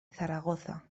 zaragoza